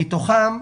מתוכם,